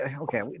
Okay